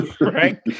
right